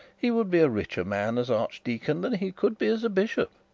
he would be a richer man as archdeacon, than he could be as a bishop.